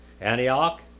Antioch